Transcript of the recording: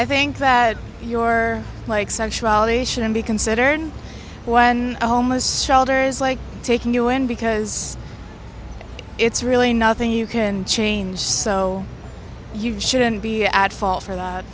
i think that you're like sensuality shouldn't be considered when homeless shelters like taking you in because it's really nothing you can change so you shouldn't be at fault for